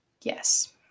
yes